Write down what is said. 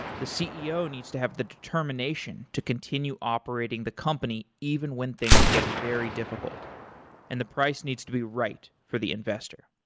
the ceo needs to have the determination to continue operating the company even when things get very difficult and the price needs to be right for the investor.